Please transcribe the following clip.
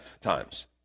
times